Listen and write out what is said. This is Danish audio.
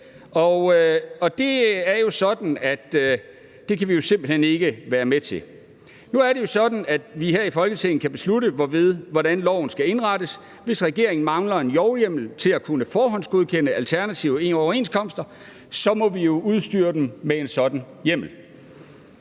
det er jo sådan, at det kan vi simpelt hen ikke være med til. Kl. 11:10 Nu er det jo sådan, at vi her i Folketinget kan beslutte, hvordan loven skal indrettes, og hvis regeringen mangler en lovhjemmel til at kunne forhåndsgodkende alternative overenskomster, må vi jo udstyre den med en sådan hjemmel.